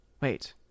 Wait